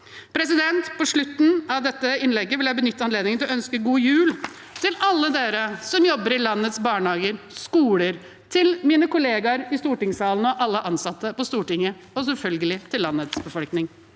På slutten av dette innlegget vil jeg benytte anledningen til å ønske god jul til alle dere som jobber i landets barnehager og skoler, til mine kollegaer i stortingssalen og alle ansatte på Stortinget og selvfølgelig til landets befolkning.